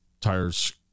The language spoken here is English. tires